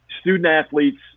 student-athletes